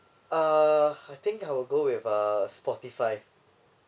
uh I think I will go with uh Spotify